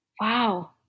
Wow